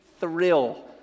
thrill